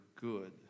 good